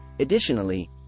Additionally